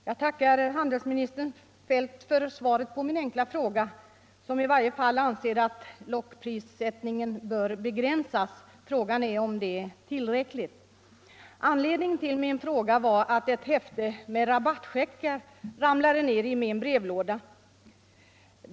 Herr talman! Jag tackar handelsministern Feldt för svaret på min enkla fråga. Handelsministern anser att lockprissättningen i varje fall bör begränsas. Men man kan ifrågasätta om det är tillräckligt. Anledningen till min fråga var att ett häfte med rabattcheckar ramlade ned i min brevlåda.